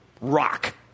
rock